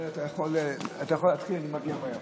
אתה יכול להתחיל, אני מגיע מהר.